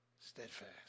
steadfast